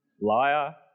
liar